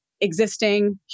existing